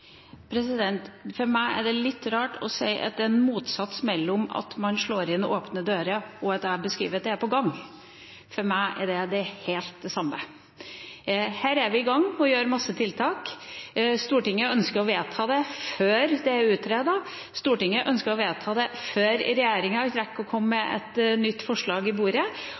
spillselskaper? For meg er det litt rart å se en motsetning mellom det å slå inn åpne dører og det at jeg beskriver at det er på gang. For meg er det helt det samme. Her er vi i gang med masse tiltak. Stortinget ønsker å vedta det før det er utredet. Stortinget ønsker å vedta det før regjeringa rekker å komme med et nytt forslag på bordet.